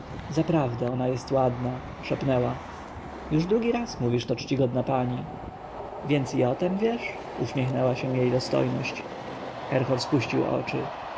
sarę zaprawdę ona jest ładna szepnęła już drugi raz mówisz to czcigodna pani więc i o tem wiesz uśmiechnęła się jej dostojność herhor spuścił oczy